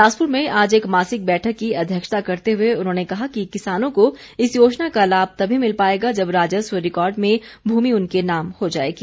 बिलासपुर में आज एक मासिक बैठक की अध्यक्षता करते हुए उन्होंने कहा कि किसानों को इस योजना का लाभ तभी मिल पाएगा जब राजस्व रिकार्ड में भूमि उनके नाम पर हो जाएगी